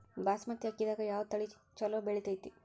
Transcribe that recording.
ಬಾಸುಮತಿ ಅಕ್ಕಿದಾಗ ಯಾವ ತಳಿ ಛಲೋ ಬೆಳಿತೈತಿ?